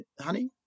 honey